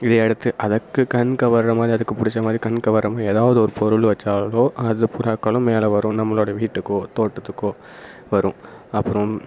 இதையடுத்து அதுக்கு கண்கவர்ற மாதிரி அதுக்கு பிடிச்சமாரி கண் கவரமாதிரி எதாவது ஒரு பொருள் வச்சாலோ அந்த புறாக்களும் மேலே வரும் நம்மளுடைய வீட்டுக்கோ தோட்டத்துக்கோ வரும் அப்புறம்